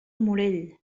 morell